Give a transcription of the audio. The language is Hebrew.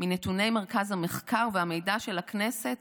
מנתוני מרכז המחקר והמידע של הכנסת,